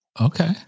okay